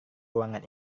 ruangan